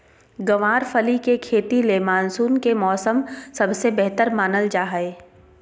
गँवार फली के खेती ले मानसून के मौसम सबसे बेहतर मानल जा हय